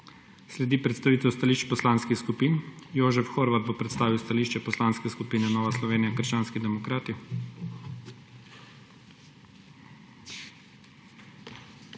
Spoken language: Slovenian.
Sledi predstavitev stališč poslanskih skupin. Jožef Horvat bo predstavil stališče Poslanske skupine Nova Slovenija - krščanski demokrati.